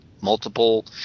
multiple